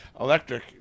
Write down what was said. electric